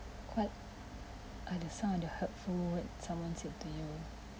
what are the some of the hurtful words someone said to you